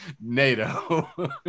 NATO